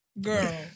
Girl